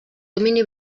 domini